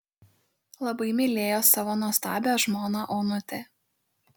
labai mylėjo savo nuostabią žmoną onutę